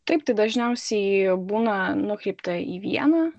taip tai dažniausiai būna nukreipta į vieną